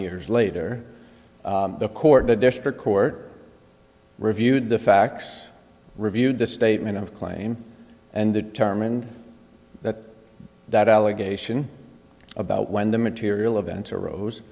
years later the court the district court reviewed the facts reviewed the statement of claim and determined that that allegation about when the material events arose